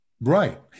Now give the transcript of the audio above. Right